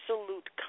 absolute